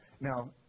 Now